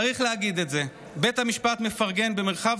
צריך להגיד את זה: בית המשפט מפרגן במרחב